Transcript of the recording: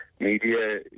Media